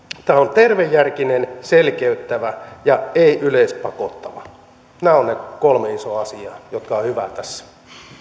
tämä on tervejärkinen selkeyttävä ja ei yleispakottava nämä ovat ne kolme isoa asiaa jotka ovat hyvää tässä